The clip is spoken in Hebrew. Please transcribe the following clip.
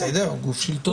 גוף שלטוני.